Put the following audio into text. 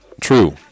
True